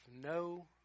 no